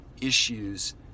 issues